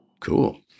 Cool